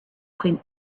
clean